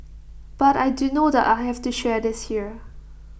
but I do know that I have to share this here